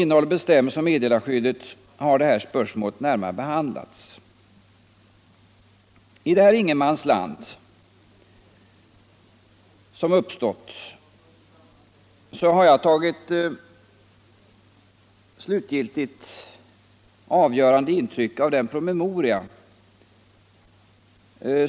I detta ingenmansland som uppstått har jag tagit slutgiltigt avgörande intryck av den promemoria som massmedieutredningens ordförande justitierådet Romanus utarbetat med anledning av lagrådets yttrande.